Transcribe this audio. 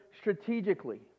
strategically